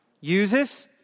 uses